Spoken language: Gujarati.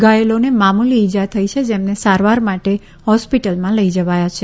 ઘાયલોને મામૂલી ઇજા થઇ છે જેમને સારવાર માટે હોસ્પિટલમાં લઇ જવાયા હતા